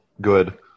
good